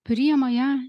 priima ją